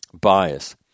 Bias